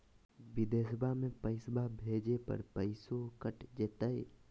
बिदेशवा मे पैसवा भेजे पर पैसों कट तय?